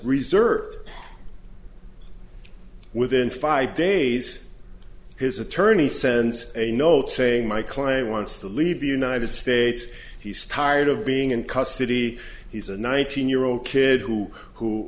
reserved within five days his attorney sends a note saying my client wants to leave the united states he's tired of being in custody he's a nineteen year old kid who who